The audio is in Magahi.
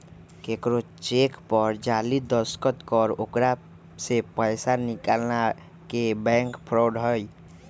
केकरो चेक पर जाली दस्तखत कर ओकरा से पैसा निकालना के बैंक फ्रॉड हई